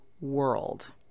world